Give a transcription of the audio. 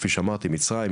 כפי שאמרתי - מצרים,